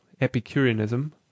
epicureanism